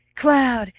cloud!